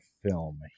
film